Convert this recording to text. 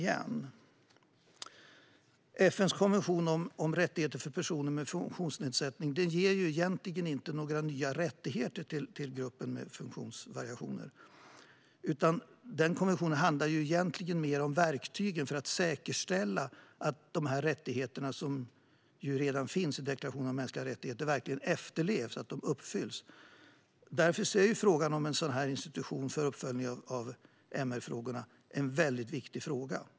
FN:s konvention om rättigheter för personer med funktionsnedsättning ger ju egentligen inte några nya rättigheter till gruppen med funktionsvariationer. Denna konvention handlar mer om verktygen för att säkerställa att de rättigheter för denna grupp som redan finns i deklarationen om mänskliga rättigheter verkligen efterlevs och uppfylls. Därför är frågan om en institution för uppföljning av MR-frågorna väldigt viktig.